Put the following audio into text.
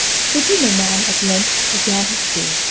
sidi-nouman at length began his tale.